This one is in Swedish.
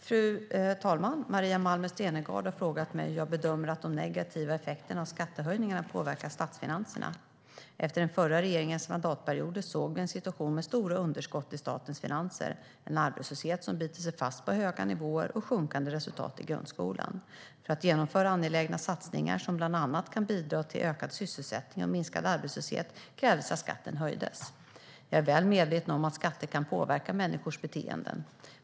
Fru talman! Maria Malmer Stenergard har frågat mig hur jag bedömer att de negativa effekterna av skattehöjningarna påverkar statsfinanserna. Efter den förra regeringens mandatperioder såg vi en situation med stora underskott i statens finanser, en arbetslöshet som bitit sig fast på höga nivåer och sjunkande resultat i grundskolan. För att genomföra angelägna satsningar som bland annat kan bidra till ökad sysselsättning och minskad arbetslöshet krävdes att skatten höjdes. Jag är väl medveten om att skatter kan påverka människors beteende.